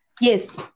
Yes